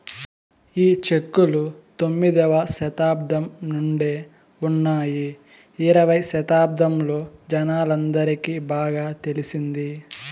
ఈ చెక్కులు తొమ్మిదవ శతాబ్దం నుండే ఉన్నాయి ఇరవై శతాబ్దంలో జనాలందరికి బాగా తెలిసింది